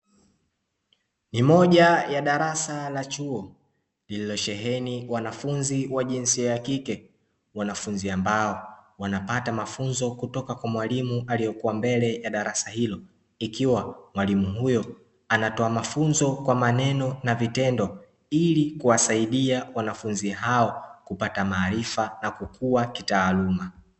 Ni moja ya darasa la chuo, lililosheheni wanafunzi wa jinsia ya kike; wanafunzi ambao wanapata mafunzo kutoka kwa mwalimu aliyekuwa mbele ya darasa hilo, ikiwa mwalimu huyo anatoa mafunzo kwa maneno na vitendo, ili kuwasaidia wanafunzi hao kupata maarifa na kukua kitaaluma.